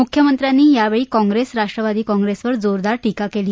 मुख्यमंत्र्यांनी यावेळी काँप्रेस राष्ट्रवादी काँप्रेसवर जोरदार टीका केली